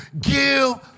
give